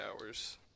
hours